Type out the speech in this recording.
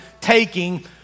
taking